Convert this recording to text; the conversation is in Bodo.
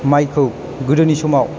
माइखौ गोदोनि समाव